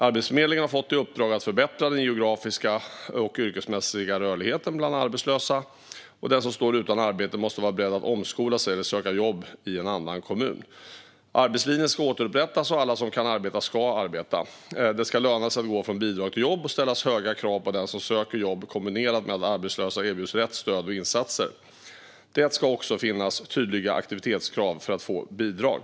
Arbetsförmedlingen har fått i uppdrag att förbättra den geografiska och yrkesmässiga rörligheten bland arbetslösa. Den som står utan arbete måste vara beredd att omskola sig eller söka jobb i en annan kommun. Arbetslinjen ska återupprättas, och alla som kan arbeta ska arbeta. Det ska löna sig att gå från bidrag till jobb och ställas höga krav på den som söker jobb kombinerat med att arbetslösa erbjuds rätt stöd och insatser. Det ska också finnas tydliga aktivitetskrav för att få bidrag.